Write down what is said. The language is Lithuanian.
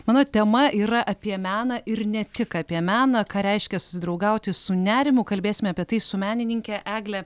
mano tema yra apie meną ir ne tik apie meną ką reiškia susidraugauti su nerimu kalbėsim apie tai su menininke egle